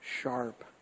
sharp